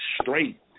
straight